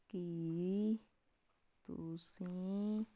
ਕੀ ਤੁਸੀਂ